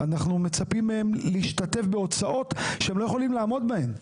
אנחנו מצפים להשתתף בהוצאות שהן לא יכולות לעמוד בהן.